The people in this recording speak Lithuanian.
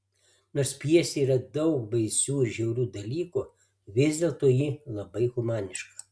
nors pjesėje yra daug baisių ir žiaurių dalykų vis dėlto ji labai humaniška